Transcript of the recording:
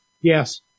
Yes